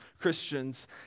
Christians